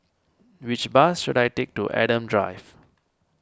which bus should I take to Adam Drive